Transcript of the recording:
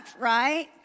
right